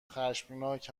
خشمناک